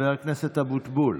חבר הכנסת אבוטבול,